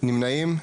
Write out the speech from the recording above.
נמנעים?